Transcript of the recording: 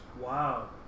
Wow